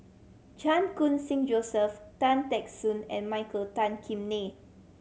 Chan Khun Sing Joseph Tan Teck Soon and Michael Tan Kim Nei